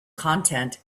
content